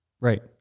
Right